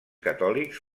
catòlics